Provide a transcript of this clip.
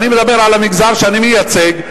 אני מדבר על המגזר שאני מייצג,